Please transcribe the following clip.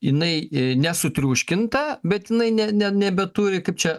jinai nesutriuškinta bet jinai ne nebeturi kaip čia